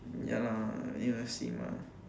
ya lah need to see mah